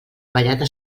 ballada